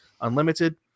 Unlimited